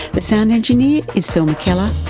the sound engineer is phil mackellar.